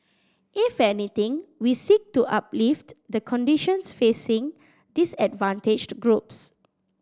if anything we seek to uplift the conditions facing disadvantaged groups